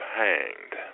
hanged